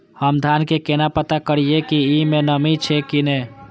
हम धान के केना पता करिए की ई में नमी छे की ने?